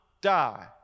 die